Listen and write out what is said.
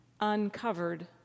uncovered